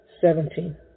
seventeen